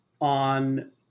on